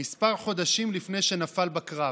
כמה חודשים לפני שנפל בקרב.